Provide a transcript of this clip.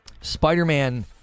spider-man